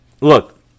look